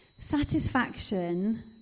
satisfaction